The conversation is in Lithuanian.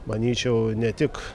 manyčiau ne tik